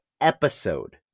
episode